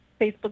Facebook